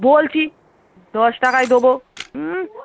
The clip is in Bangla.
বলছি দশ টাকায় দোবো